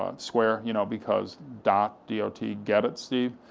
um square, you know because dot, d o t, get it, steve?